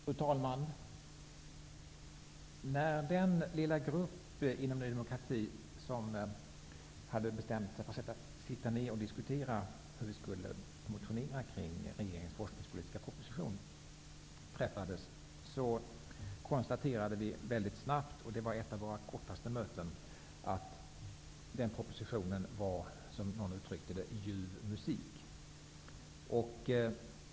Fru talman! När den lilla grupp inom Ny demokrati som hade bestämt sig för att sitta ned och diskutera hur vi skulle motionera i fråga om regeringens forskningspolitiska proposition träffades, och det var ett av våra kortaste möten, konstaterade vi mycket snabbt att den propositionen var som ljuv musik.